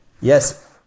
yes